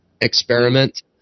experiment